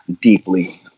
deeply